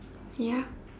ya